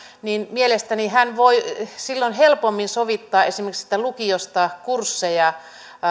mielestäni hän voi silloin helpommin sovittaa esimerkiksi lukiosta kursseja